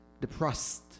depressed